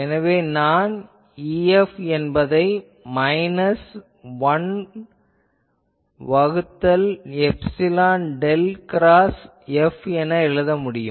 எனவே நான் EF என்பதை மைனஸ் 1 வகுத்தல் எப்சிலான் டெல் கிராஸ் F என எழுத முடியும்